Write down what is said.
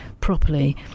properly